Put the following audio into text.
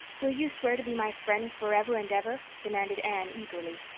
will you swear to be my friend forever and ever? demanded anne eagerly.